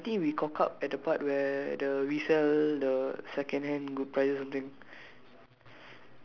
orh okay I think we cock up at the part where the we sell the second hand good prices or something